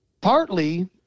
partly